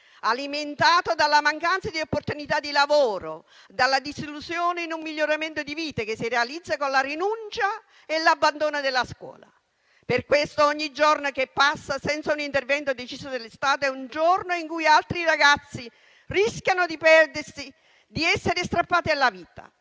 alimentato dalla mancanza di opportunità di lavoro, dalla disillusione in un miglioramento di vite che si realizza con la rinuncia e l'abbandono della scuola. Per questo, ogni giorno che passa senza un intervento deciso dello Stato è un giorno in cui altri ragazzi rischiano di perdersi e di essere strappati alla vita.